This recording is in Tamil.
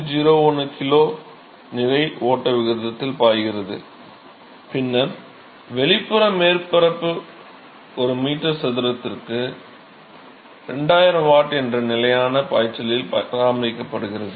01 கிலோ நிறை ஓட்ட விகிதத்தில் பாய்கிறது பின்னர் வெளிப்புற மேற்பரப்பு ஒரு m சதுரத்திற்கு 2000 வாட் என்ற நிலையான பாய்ச்சலில் பராமரிக்கப்படுகிறது